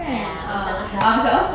ya masak masak